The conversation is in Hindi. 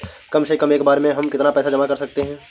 कम से कम एक बार में हम कितना पैसा जमा कर सकते हैं?